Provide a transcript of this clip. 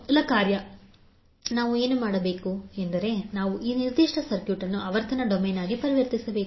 ಮೊದಲ ಕಾರ್ಯ ನಾವು ಏನು ಮಾಡಬೇಕು ಎಂದರೆ ನಾವು ಈ ನಿರ್ದಿಷ್ಟ ಸರ್ಕ್ಯೂಟ್ ಅನ್ನು ಆವರ್ತನ ಡೊಮೇನ್ ಆಗಿ ಪರಿವರ್ತಿಸಬೇಕು